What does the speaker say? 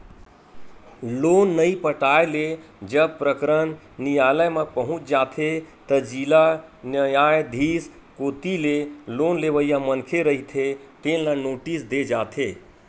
loan नइ पटाए ले जब प्रकरन नियालय म पहुंच जाथे त जिला न्यायधीस कोती ले लोन लेवइया मनखे रहिथे तेन ल नोटिस दे जाथे